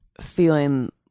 feeling